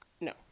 No